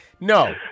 No